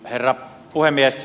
herra puhemies